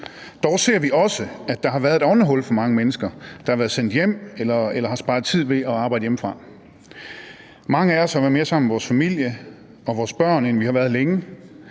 Dog ser vi også, at der har været skabt et åndehul for mange mennesker, der har været sendt hjem eller har sparet tid ved at arbejde hjemmefra. Mange af os har været mere sammen med vores familie og vores børn, end vi har været længe,